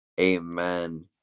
Amen